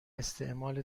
استعمال